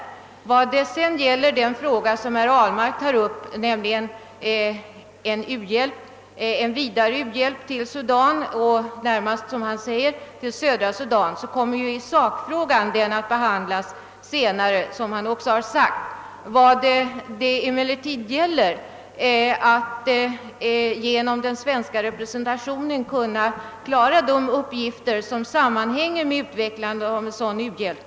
Det andra skälet hade samband med den fråga som herr Ahlmark tar upp, nämligen u-hjälp till Sudan. Själva sakfrågan kommer att behandlas senare, vilket herr Ahlmark också sade. Frågan gäller att med stöd av svensk representation kunna klara de uppgifter som sammanhänger med utvecklandet av en sådan u-hjälp.